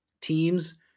teams